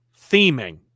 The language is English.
theming